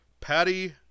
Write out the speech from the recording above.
Patty